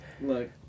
Look